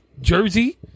jersey